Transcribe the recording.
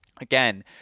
again